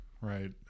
right